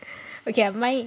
okay mine is